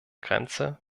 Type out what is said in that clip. grenze